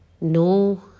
no